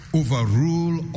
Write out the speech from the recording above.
overrule